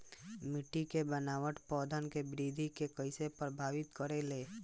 मिट्टी के बनावट पौधन के वृद्धि के कइसे प्रभावित करे ले?